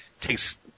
takes